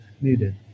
needed